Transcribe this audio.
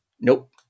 Nope